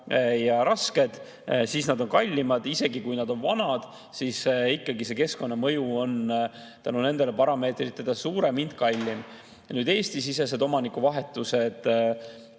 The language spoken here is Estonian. ja rasked, siis nad on kallimad. Isegi kui nad on vanad, siis ikkagi on keskkonnamõju nende parameetrite tõttu suurem ja hind kallim. Nüüd, Eesti-siseste omanikuvahetuste